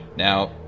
Now